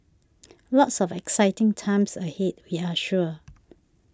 lots of exciting times ahead we're sure